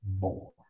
more